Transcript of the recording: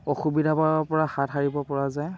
অসুবিধাৰ পৰা হাত সাৰিব পৰা যায়